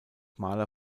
maler